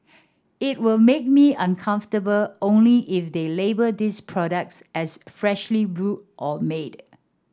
it will make me uncomfortable only if they label these products as freshly brewed or made